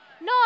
No